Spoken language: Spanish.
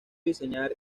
diseñar